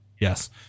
Yes